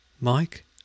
Mike